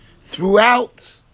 throughout